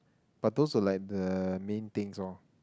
but those were like the main things orh